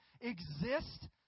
exist